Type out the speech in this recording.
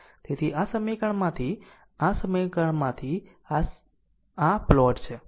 તેથી આ સમીકરણમાંથી આ સમીકરણમાંથી આ સમીકરણમાંથી આ પ્લોટ છે